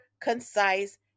concise